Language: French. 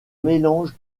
mélange